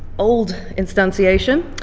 old instantiation,